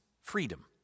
freedom